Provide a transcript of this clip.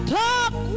talk